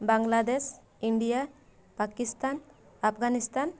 Bangladesh India Pakistan Afghanistan